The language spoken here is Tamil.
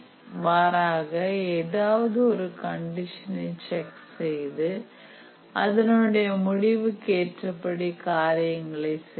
மாறாக ஏதாவது ஒரு கண்டிஷனை செக் செய்து அதனுடைய முடிவுக்கு ஏற்றபடி காரியங்களை செய்யும்